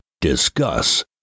discuss